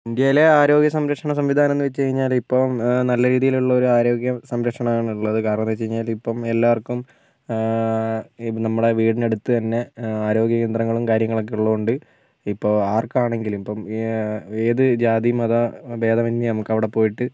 ഇന്ത്യയിലെ ആരോഗ്യസംരക്ഷണ സംവിധാനം എന്ന് വെച്ച് കഴിഞ്ഞാൽ ഇപ്പം നല്ല രീതിയിലുള്ളൊരു ആരോഗ്യസംരക്ഷണമാണ് ഉള്ളത് കാരണം എന്ന് വെച്ച് കഴിഞ്ഞാൽ ഇപ്പം എല്ലാവർക്കും പിന്നെ നമ്മുടെ വീടിനടുത്ത് തന്നെ ആരോഗ്യ കേന്ദ്രങ്ങളും കാര്യങ്ങളും ഒക്കെ ഇള്ളോണ്ട് ഇപ്പോൾ ആർക്കാണെങ്കിലും ഇപ്പം ഏത് ജാതി മത ഭേദമന്യേ നമുക്കവിടെ പോയിട്ട്